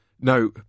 No